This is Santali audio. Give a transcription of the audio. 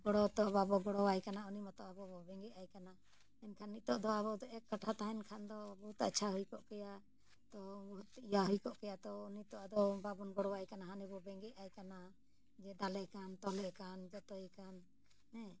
ᱜᱚᱲᱚ ᱛᱚ ᱵᱟᱵᱚ ᱜᱚᱲᱚ ᱟᱭ ᱠᱟᱱᱟ ᱩᱱᱤ ᱢᱚᱛᱚ ᱟᱵᱚ ᱵᱚ ᱵᱮᱸᱜᱮᱫ ᱟᱭ ᱠᱟᱱᱟ ᱮᱱᱠᱷᱟᱱ ᱱᱤᱛᱚᱜ ᱫᱚ ᱟᱵᱚ ᱫᱚ ᱮᱠ ᱠᱟᱴᱷᱟ ᱛᱟᱦᱮᱱ ᱠᱷᱟᱱ ᱫᱚ ᱵᱚᱦᱩᱛ ᱟᱪᱪᱷᱟ ᱦᱩᱭ ᱠᱚᱜ ᱯᱮᱭᱟ ᱛᱚ ᱤᱭᱟᱹ ᱦᱩᱭ ᱠᱚᱜ ᱯᱮᱭᱟ ᱛᱚ ᱩᱱᱤ ᱟᱫᱚ ᱵᱟᱵᱚᱱ ᱜᱚᱲᱚ ᱟᱭ ᱠᱟᱱᱟ ᱦᱟᱱᱤ ᱵᱚᱱ ᱵᱮᱸᱜᱮᱫ ᱟᱭ ᱠᱟᱱᱟ ᱡᱮ ᱫᱟᱞᱮ ᱠᱟᱱ ᱛᱚᱞᱮ ᱠᱟᱱ ᱡᱚᱛᱚᱭ ᱠᱟᱱ ᱦᱮᱸ